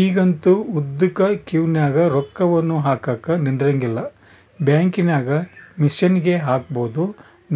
ಈಗಂತೂ ಉದ್ದುಕ ಕ್ಯೂನಗ ರೊಕ್ಕವನ್ನು ಹಾಕಕ ನಿಂದ್ರಂಗಿಲ್ಲ, ಬ್ಯಾಂಕಿನಾಗ ಮಿಷನ್ಗೆ ಹಾಕಬೊದು